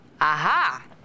Aha